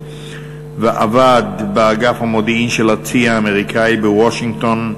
ועבד באגף המודיעין של הצי האמריקני בוושינגטון,